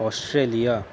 Australia